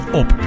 op